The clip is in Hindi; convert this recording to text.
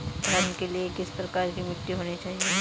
धान के लिए किस प्रकार की मिट्टी होनी चाहिए?